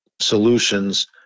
solutions